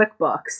QuickBooks